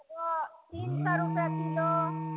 एगो तीन सए रुपैए किलो